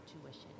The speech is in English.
tuition